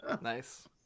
Nice